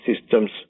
systems